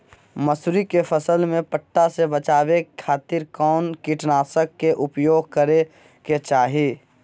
मसूरी के फसल में पट्टा से बचावे खातिर कौन कीटनाशक के उपयोग करे के चाही?